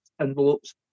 envelopes